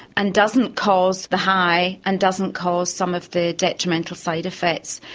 and doesn't cause the high, and doesn't cause some of the detrimental side effects.